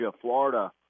Florida